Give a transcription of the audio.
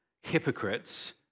hypocrites